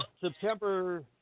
September